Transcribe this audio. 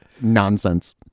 nonsense